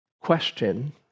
question